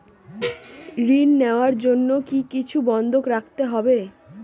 ঋণ নেওয়ার জন্য কি কিছু বন্ধক রাখতে হবে?